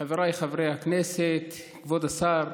חבריי חברי הכנסת, כבוד השר,